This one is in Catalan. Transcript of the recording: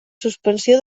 suspensió